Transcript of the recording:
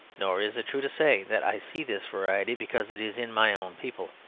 nor is it true to say that i see this variety because it is in my own people.